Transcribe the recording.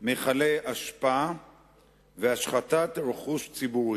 מכלי אשפה והשחתת רכוש ציבורי.